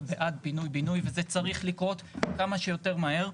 בעד פינוי בינוי וזה צריך לקרות כמה שיותר מהר.